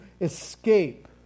escape